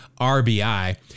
rbi